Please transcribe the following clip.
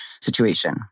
situation